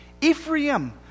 Ephraim